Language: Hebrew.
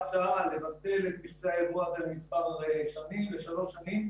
שעה לבטל את מכסי היבוא האלה לשלוש שנים,